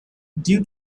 due